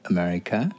America